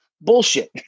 bullshit